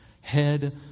Head